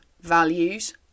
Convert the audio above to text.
values